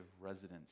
residence